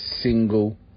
single